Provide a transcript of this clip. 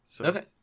Okay